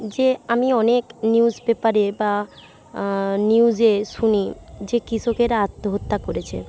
যে আমি অনেক নিউজ পেপারে বা নিউজে শুনি যে কৃষকেরা আত্মহত্যা করেছে